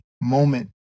moment